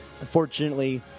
unfortunately